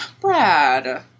Brad